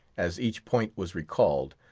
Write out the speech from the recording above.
as each point was recalled,